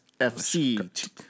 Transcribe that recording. FC